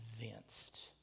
convinced